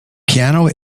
piano